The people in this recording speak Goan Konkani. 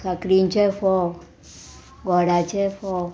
साकरींचे फोव गोडाचे फोव